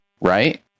right